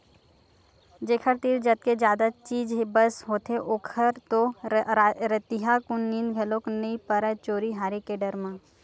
जेखर तीर जतके जादा चीज बस होथे ओखर तो रतिहाकुन नींद घलोक नइ परय चोरी हारी के डर म